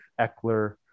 Eckler